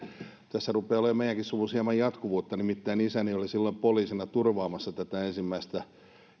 tässä rupeaa olemaan meidän suvussamme hieman jatkuvuutta nimittäin isäni oli silloin poliisina turvaamassa tätä ensimmäistä